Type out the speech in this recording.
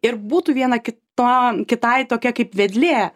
ir būtų viena kito kitai tokia kaip vedlė